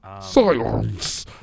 silence